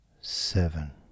seven